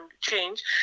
change